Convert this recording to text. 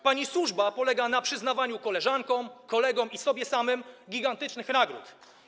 Pani służba polega na przyznawaniu koleżankom, kolegom i sobie samej gigantycznych nagród.